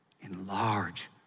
Enlarge